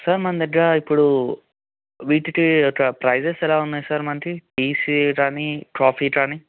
sir మన దగ్గర ఇప్పుడు వీటీటీ యొక్క ప్రైసెస్ ఎలా ఉన్నాయి సార్ మనకి ఈసేల్ కానీ కాఫీ కానీ